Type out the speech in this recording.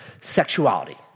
sexuality